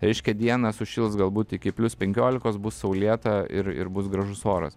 reiškia dieną sušils galbūt iki plius penkiolikos bus saulėta ir ir bus gražus oras